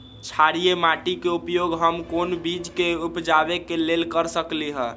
क्षारिये माटी के उपयोग हम कोन बीज के उपजाबे के लेल कर सकली ह?